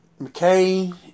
McCain